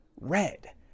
Red